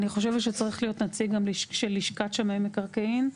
אני חושבת שצריך להיות נציג גם של לשכת שמאי מקרקעין.